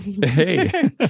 Hey